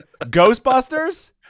Ghostbusters